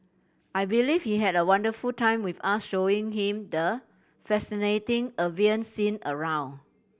I believe he had a wonderful time with us showing him the fascinating avian scene around